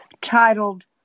titled